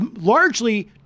largely